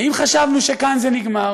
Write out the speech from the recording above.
ואם חשבנו שכאן זה נגמר,